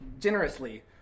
generously